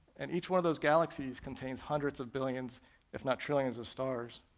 and each one of those galaxies contains hundreds of billions if not trillions of stars.